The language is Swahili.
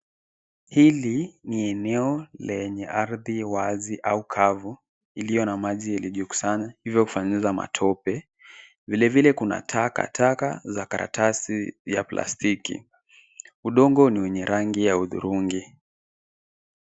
Hili ni eneo lenye ardhi wazi au kavu iliyo na maji iliyokusanya iliyofanyiwa matope. Vile vile kuna taka taka za karatasi za plastiki. Udongo ni wenye rangi ya udhurungi.